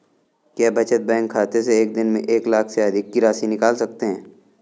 क्या बचत बैंक खाते से एक दिन में एक लाख से अधिक की राशि निकाल सकते हैं?